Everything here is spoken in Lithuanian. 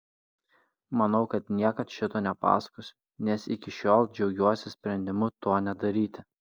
manau kad niekad šito nepasakosiu nes iki šiol džiaugiuosi sprendimu to nedaryti